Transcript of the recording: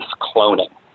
cloning